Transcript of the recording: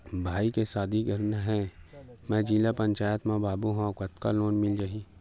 भाई के शादी करना हे मैं जिला पंचायत मा बाबू हाव कतका लोन मिल जाही?